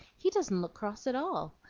he doesn't look cross at all.